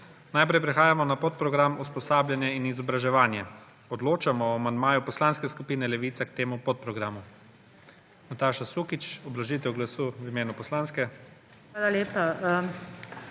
Najprej prehajamo na podprogram Usposabljanje in izobraževanje. Odločamo o amandmaju Poslanske skupine Levica k temu podprogramu.